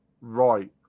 Right